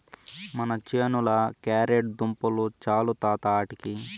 మన చేనుల క్యారెట్ దుంపలు చాలు తాత ఆటికి